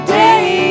day